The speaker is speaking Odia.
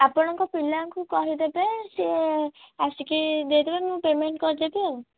ଆପଣଙ୍କ ପିଲାଙ୍କୁ କହିଦେବେ ସିଏ ଆସିକି ଦେଇଦେବେ ମୁଁ ପେମେଣ୍ଟ୍ କରିଦେବି ଆଉ